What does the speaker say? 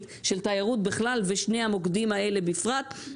של תיירות בכלל ושני המוקדים האלה בפרט.